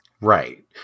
Right